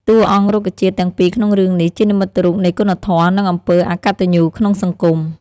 តួអង្គរុក្ខជាតិទាំងពីរក្នុងរឿងនេះជានិមិត្តរូបនៃគុណធម៌និងអំពើអកតញ្ញូក្នុងសង្គម។